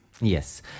Yes